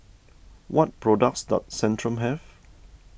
what products does Centrum have